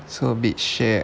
so a bit shag